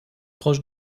proche